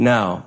Now